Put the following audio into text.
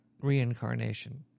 reincarnation